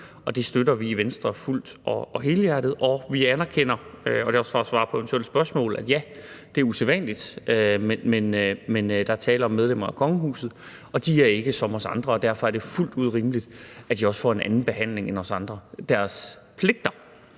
Det støtter vi i Venstre fuldt og helhjertet. Vi anerkender – og det er også for at svare på eventuelle spørgsmål – at, ja, det er usædvanligt, men der er tale om medlemmer af kongehuset, og de er ikke som os andre, og derfor er det fuldt ud rimeligt, at de også får en anden behandling end os andre. Deres pligter,